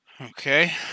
Okay